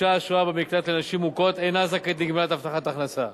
אשה השוהה במקלט לנשים מוכות אינה זכאית לגמלת הבטחת הכנסה.